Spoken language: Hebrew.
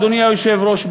אדוני היושב-ראש,